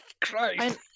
Christ